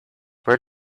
where